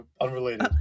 unrelated